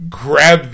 grab